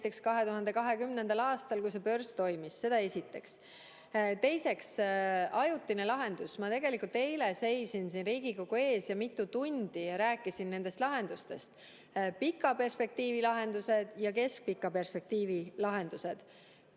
2020. aastal, kui börs toimis. Seda esiteks. Teiseks, ajutine lahendus. Ma tegelikult eile seisin siin Riigikogu ees mitu tundi ja rääkisin lahendustest: pika perspektiivi lahendused ja keskpika perspektiivi lahendused.